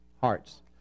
hearts